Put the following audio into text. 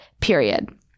period